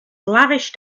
lavish